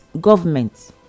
government